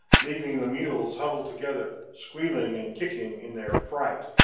leaving the mules huddled together, squealing and kicking in their fright.